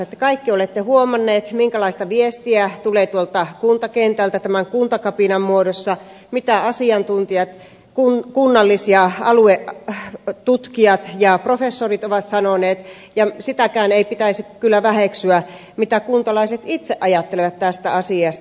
te kaikki olette huomanneet minkälaista viestiä tulee tuolta kuntakentältä tämän kuntakapinan muodossa mitä asiantuntijat kunnallis ja aluetutkijat ja professorit ovat sanoneet ja sitäkään ei pitäisi kyllä väheksyä mitä kuntalaiset itse ajattelevat tästä asiasta